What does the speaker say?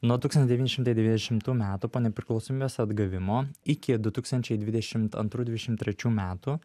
nuo tūkstantis devyni šimtai devyniasdešimtų metų po nepriklausomybės atgavimo iki du tūkstančiai dvidešimt antrų dvidešimt trečių metų